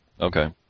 Okay